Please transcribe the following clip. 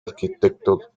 arquitecto